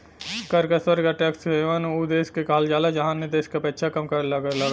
कर क स्वर्ग या टैक्स हेवन उ देश के कहल जाला जहाँ अन्य देश क अपेक्षा कम कर लगला